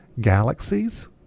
galaxies